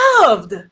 loved